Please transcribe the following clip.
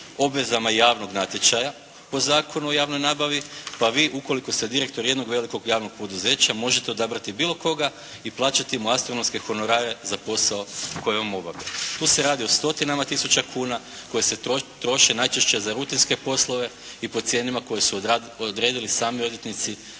obvezama javnog natječaja po Zakonu o javnoj nabavi, pa vi ukoliko ste direktor jednog velikog javnog poduzeća možete odabrati bilo koga i plaćati mu astronomske honorare za posao koji on obavlja. Tu se radi o stotinama tisućama kuna koje se troše najčešće za rutinske poslove i po cijenama koje su odredili sami odvjetnici